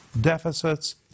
deficits